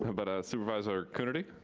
but supervisor coonerty?